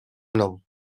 mną